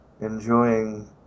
enjoying